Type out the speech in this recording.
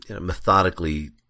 methodically